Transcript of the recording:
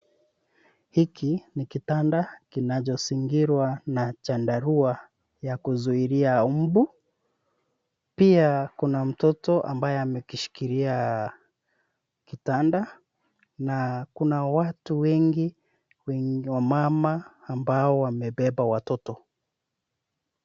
Hiki ni kitanda kinachozingirwa na chandarua ya kuzuilia mbu. Pia kuna mtoto ambaye amekishikilia kitanda na kuna watu wengi akina mama ambao wamebeba watoto.